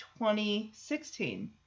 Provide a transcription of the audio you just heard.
2016